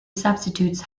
substitutes